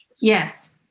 Yes